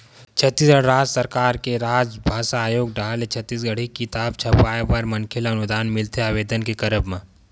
छत्तीसगढ़ राज सरकार के राजभासा आयोग डाहर ले छत्तीसगढ़ी किताब छपवाय बर मनखे ल अनुदान मिलथे आबेदन के करब म